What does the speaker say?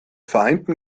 vereinten